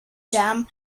jam